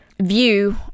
view